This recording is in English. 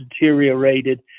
deteriorated